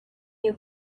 you